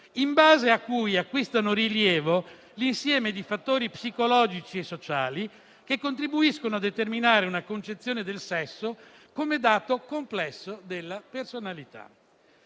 in base a cui acquistano rilievo l'insieme di fattori psicologici e sociali che contribuiscono a determinare una concezione del sesso come dato complesso della personalità.